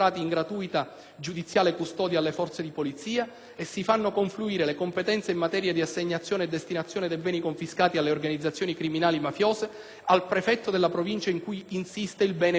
giudiziale custodia, alle Forze di polizia; si fanno confluire le competenze in materia di assegnazione e destinazione dei beni confiscati alle organizzazioni criminali mafiose al prefetto della Provincia in cui insiste il bene confiscato.